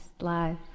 live